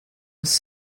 was